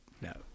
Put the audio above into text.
No